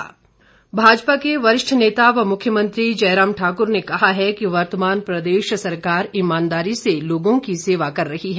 मुख्यमंत्री भाजपा के वरिष्ठ नेता व मुख्यमंत्री जयराम ठाकुर ने कहा है कि वर्तमान प्रदेश सरकार ईमानदारी से लोगों की सेवा कर रही है